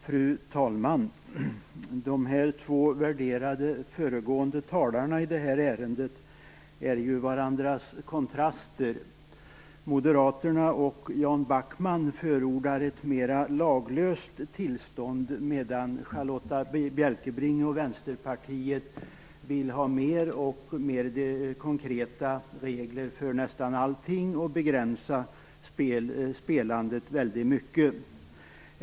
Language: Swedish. Fru talman! De två värderade föregående talarna i detta ärende är ju varandras kontraster. Moderaterna och Jan Backman förordar ett mer laglöst tillstånd, medan Charlotta Bjälkebring och Vänsterpartiet vill ha mer, och mer konkreta, regler för nästan allting och begränsa spelandet väldigt mycket.